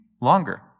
longer